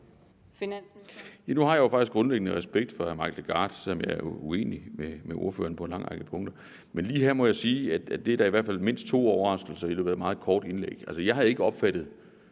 Nu har jeg faktisk grundlæggende respekt for hr. Mike Legarth, selv om jeg jo er uenig med ordføreren på en lang række punkter. Men lige her må jeg sige, at der var da i hvert fald to overraskelser i løbet af det meget korte indlæg. Altså, jeg har ikke opfattet